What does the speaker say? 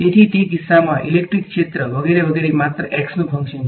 તેથી તે કિસ્સામાં ઇલેક્ટ્રિક ક્ષેત્ર વગેરે વગેરે માત્ર x નું ફંક્શન છે